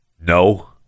No